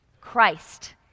Christ